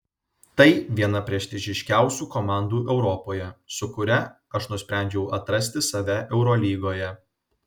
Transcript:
tai viena prestižiškiausių komandų europoje su kuria aš nusprendžiau atrasti save eurolygoje